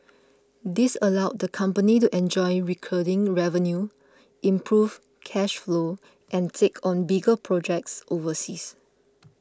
this allows the company to enjoy recurring revenue improve cash flow and take on bigger projects overseas